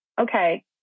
Okay